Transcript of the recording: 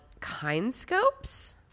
kinescopes